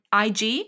IG